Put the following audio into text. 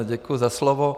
Děkuji za slovo.